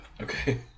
Okay